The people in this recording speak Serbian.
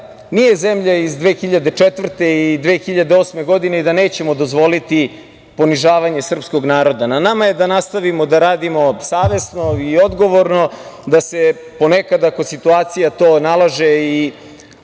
nije zemlja iz 2004. i 2008. godine i da nećemo dozvoliti ponižavanje srpskog naroda. Na nama je da nastavimo da radimo savesno i odgovorno, da se ponekad, ako situacija to nalaže i